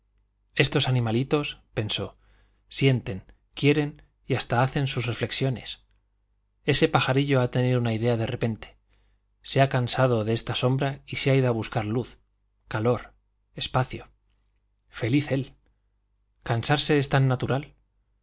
estos animalitos pensó sienten quieren y hasta hacen sus reflexiones ese pajarillo ha tenido una idea de repente se ha cansado de esta sombra y se ha ido a buscar luz calor espacio feliz él cansarse es tan natural